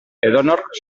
edonork